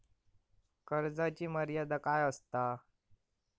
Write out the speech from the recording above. कर्जाची मर्यादा काय असता?